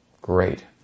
great